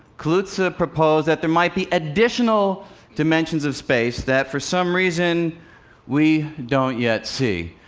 kaluza proposed that there might be additional dimensions of space that for some reason we don't yet see.